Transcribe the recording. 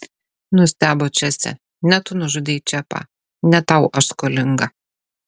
nustebo česė ne tu nužudei čepą ne tau aš skolinga